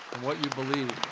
what you believe,